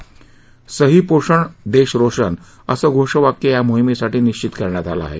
सही पोषण देश रोशन असे घोषवाक्य या मोहीमेसाठी निश्वित करण्यात आले आहे